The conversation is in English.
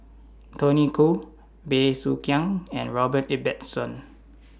Tony Khoo Bey Soo Khiang and Robert Ibbetson